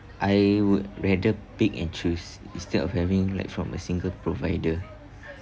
I would rather pick and choose instead of having like from a single provider